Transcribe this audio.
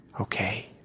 okay